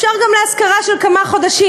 אפשר גם להשכרה של כמה חודשים,